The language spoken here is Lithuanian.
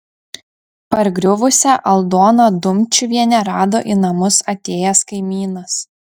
pargriuvusią aldoną dumčiuvienę rado į namus atėjęs kaimynas